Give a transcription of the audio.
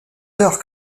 heures